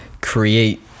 create